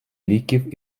ліків